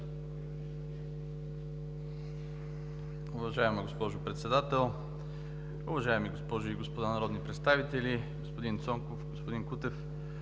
Уважаема госпожо Председател, уважаеми госпожи и господа народни представители! Господин Цонков, господин Кутев,